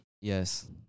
Yes